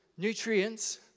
Nutrients